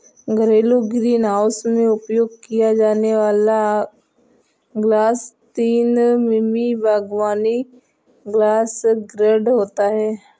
घरेलू ग्रीनहाउस में उपयोग किया जाने वाला ग्लास तीन मिमी बागवानी ग्लास ग्रेड होता है